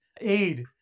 aid